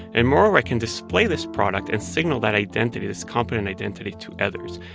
and moreover, i can display this product and signal that identity, this competent identity to others.